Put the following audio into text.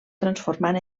transformat